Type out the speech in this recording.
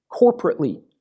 corporately